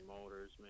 motors